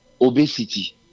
obesity